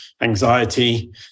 anxiety